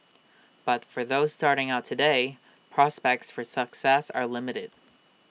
but for those starting out today prospects for success are limited